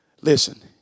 Listen